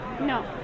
No